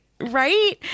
right